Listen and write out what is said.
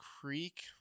Creek